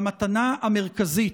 המתנה המרכזית,